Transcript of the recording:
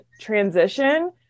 transition